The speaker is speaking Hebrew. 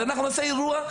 אז אנחנו נעשה אירוע.